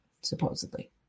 supposedly